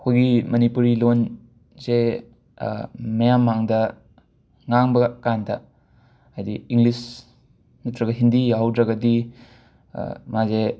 ꯑꯩꯈꯣꯏꯒꯤ ꯃꯅꯤꯄꯨꯔꯤ ꯂꯣꯟ ꯖꯦ ꯃꯌꯥꯝ ꯃꯥꯡꯗ ꯉꯥꯡꯕ ꯀꯥꯟꯗ ꯍꯥꯏꯗꯤ ꯏꯪꯂꯤꯁ ꯅꯠꯇ꯭ꯔꯒ ꯍꯤꯟꯗꯤ ꯌꯥꯎꯗ꯭ꯔꯒꯗꯤ ꯃꯥꯖꯦ